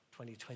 2020